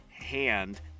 hand